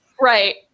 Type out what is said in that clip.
Right